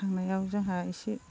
थांनायाव जोंहा इसे